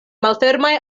malfermaj